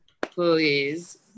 please